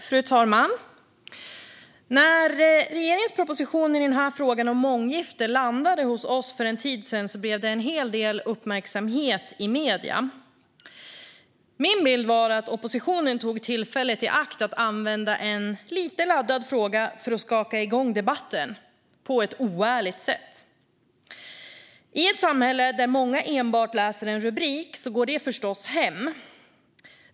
Fru talman! När regeringens proposition i frågan om månggiften landade hos oss för en tid sedan fick det en hel del uppmärksamhet i medierna. Min bild var att oppositionen tog tillfället i akt att använda en lite laddad fråga för att skaka igång debatten på ett oärligt sätt. I ett samhälle där många enbart läser rubriken går det förstås hem.